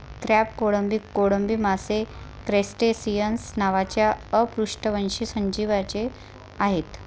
crab, कोळंबी, कोळंबी मासे क्रस्टेसिअन्स नावाच्या अपृष्ठवंशी सजीवांचे आहेत